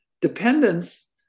Dependence